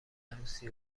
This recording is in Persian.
عروسی